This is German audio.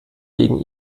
wegen